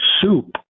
soup